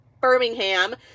Birmingham